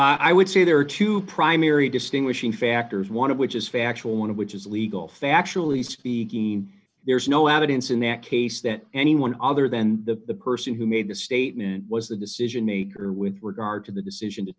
row i would say there are two primary distinguishing factors one of which is factual one of which is legal factually speaking there is no evidence in that case that anyone other than the person who made the statement was the decision maker with regard to the decision to